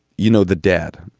you know, the dead.